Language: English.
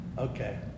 Okay